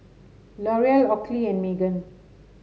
L'Oreal Oakley and Megan